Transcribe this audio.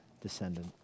descendant